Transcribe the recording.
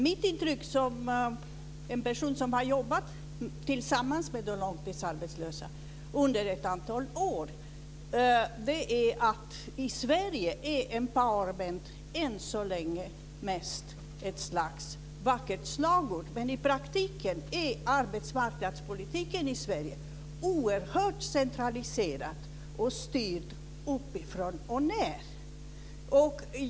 Mitt intryck som en person som har jobbat tillsammans med de långtidsarbetslösa under ett antal år är att i Sverige är empowerment än så länge mest ett slags vackert slagord. I praktiken är arbetsmarknadspolitiken i Sverige oerhört centraliserad och styrd uppifrån och ned.